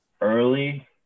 early